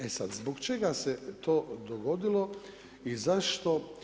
E sad, zbog čega se to dogodilo i zašto?